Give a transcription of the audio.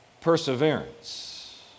Perseverance